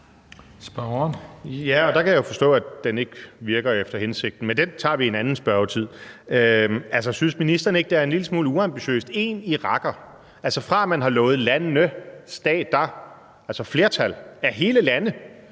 (DF): Ja, og der kan jeg jo forstå, at den ikke virker efter hensigten – men den tager vi i en anden spørgetid. Altså, synes ministeren ikke, at det er en lille smule uambitiøst: én iraker? Altså, fra at man har lovet lande, stater, altså hele lande